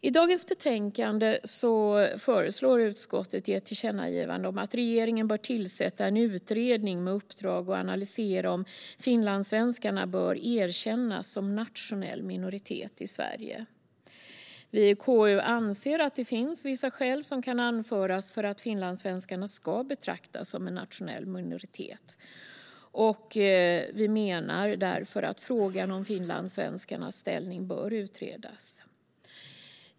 I dagens betänkande föreslår utskottet i ett tillkännagivande att regeringen bör tillsätta en utredning med uppdrag att analysera om finlandssvenskarna bör erkännas som nationell minoritet i Sverige. Vi i KU anser att det finns vissa skäl som kan anföras för att finlandssvenskarna ska betraktas som en nationell minoritet. Vi menar därför att frågan om finlandssvenskarnas ställning bör utredas.